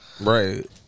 Right